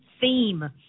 theme